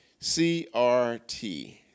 CRT